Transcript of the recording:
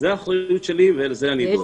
זו האחריות שלי, ולזה אני דואג.